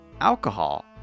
alcohol